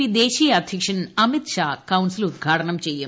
P ദേശീയ അദ്ധ്യക്ഷൻ Amit Shah council ഉദ്ഘാടനം ചെയ്യും